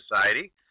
Society